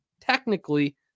technically